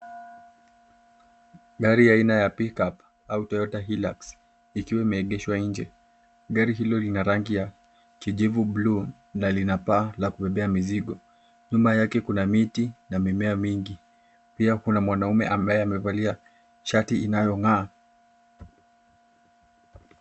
Gari aina ya pick up au toyota Hilux ikiwa imeegeshwa nje. Gari hilo lina rangi ya kijivu buluu na lina paa la kubebea mizigo. Nyuma yake kuna miti na mimea mingi. Pia kuna mwnamume ambaye amevalia shati inayong'aa.